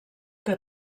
que